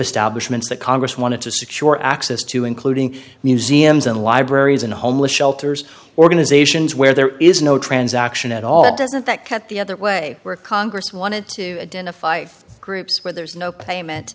establishment the congress wanted to secure access to including museums and libraries and homeless shelters organizations where there is no transaction at all doesn't that count the other way where congress wanted to identify groups where there's no payment